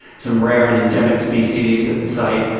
some rare and endemic species at the site.